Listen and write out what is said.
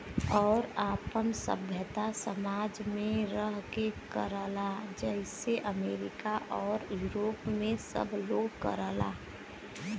आउर आपन सभ्यता समाज मे रह के करला जइसे अमरीका आउर यूरोप मे सब लोग करला